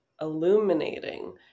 illuminating